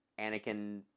Anakin